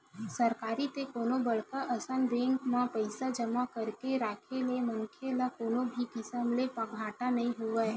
सरकारी ते कोनो बड़का असन बेंक म पइसा जमा करके राखे ले मनखे ल कोनो भी किसम ले घाटा नइ होवय